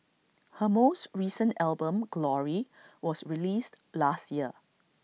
her most recent album glory was released last year